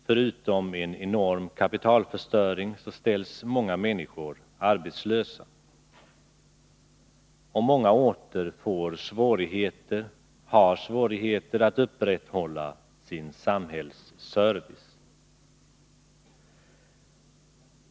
Förutom en enorm kapitalförstöring ställs många människor arbetslösa, och många orter får svårigheter att upprätthålla sin samhällsservice.